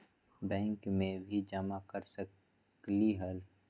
Bank में भी जमा कर सकलीहल?